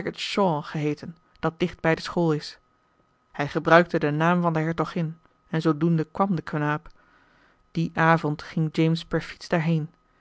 shaw geheeten dat dicht bij de school is hij gebruikte den naam van de hertogin en zoodoende kwam de knaap dien avond ging james per fiets